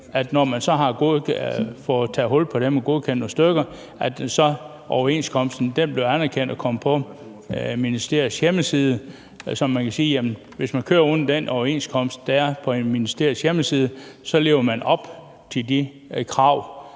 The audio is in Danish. så har fået taget hul på dem og godkendt nogle stykker og overenskomsten bliver anerkendt og kommer på ministeriets hjemmeside, så kan vi sige, at hvis man kører under den overenskomst, der er på ministeriets hjemmeside, så lever man op til de krav,